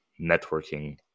networking